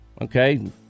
Okay